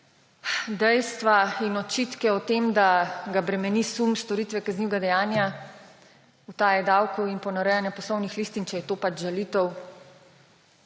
dejstva in očitke o tem, da ga bremeni sum storitve kaznivega dejanja utaje davkov in ponarejanja poslovnih listin, če je to žalitev,